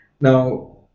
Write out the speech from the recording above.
Now